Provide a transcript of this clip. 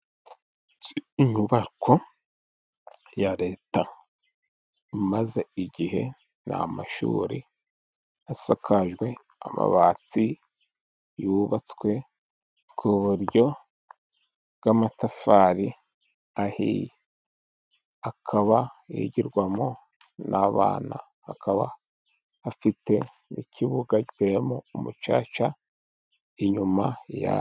Inyubako ya leta imaze igihe, ni amashuri asakajwe amabati, yubatswe ku buryo bw'amatafari, akaba yigirwamo n'abana, akaba afite n'ikibuga giteyemo umucaca inyuma yayo.